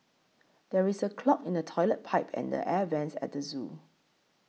there is a clog in the Toilet Pipe and the Air Vents at the zoo